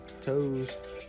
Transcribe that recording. toes